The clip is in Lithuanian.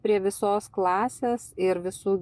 prie visos klasės ir visu